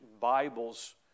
Bibles